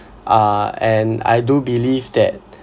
uh and I do believe that